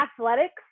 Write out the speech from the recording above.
athletics